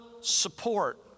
support